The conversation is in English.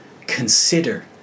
consider